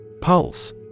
Pulse